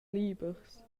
libers